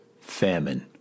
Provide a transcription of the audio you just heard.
famine